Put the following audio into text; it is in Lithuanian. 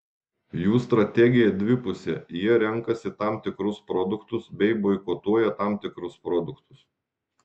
jų strategija dvipusė jie renkasi tam tikrus produktus bei boikotuoja tam tikrus produktus